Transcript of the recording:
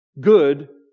good